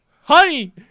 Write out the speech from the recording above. Honey